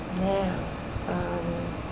Now